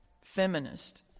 feminist